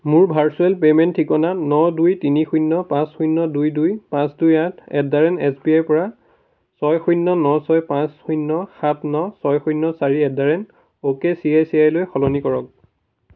মোৰ virtual payment ঠিকনা ন দুই তিনি শূন্য পাঁচ শূন্য দুই দুই পাঁচ দুই আঠ at the rate S B আইৰপৰা ছয় শূন্য ন ছয় পাঁচ শূন্য সাত ন ছয় শূন্য চাৰি at the rate ok I C I C আইলৈ সলনি কৰক